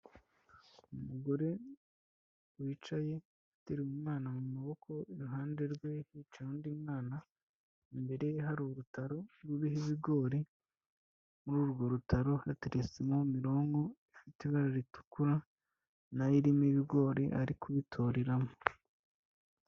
Umugore wicaye ateruye umwana mu maboko iruhande rwe hicaye undi mwana, imbere ye hari urutaro ruriho ibigori muri urwo rutaro hatereretsemo mironko ifite ibara ritukura nayo irimo ibigori ari kubitoreramo.